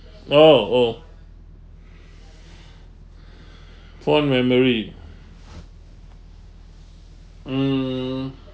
oh oh fond memory mm